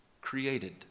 Created